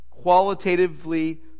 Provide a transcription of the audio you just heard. qualitatively